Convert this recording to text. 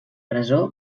presó